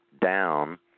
down